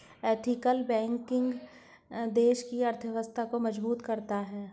ethical banking देश की अर्थव्यवस्था को मजबूत करता है